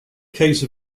case